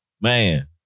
Man